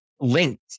linked